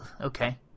Okay